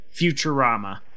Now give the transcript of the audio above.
Futurama